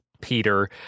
Peter